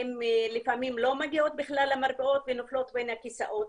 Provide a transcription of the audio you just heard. לפעמים הן לא מגיעות בכלל למרפאות ונופלות בין הכיסאות.